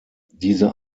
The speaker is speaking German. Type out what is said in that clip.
diese